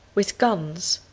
with guns.